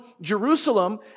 Jerusalem